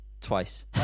twice